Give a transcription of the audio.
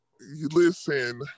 listen